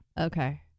Okay